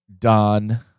Don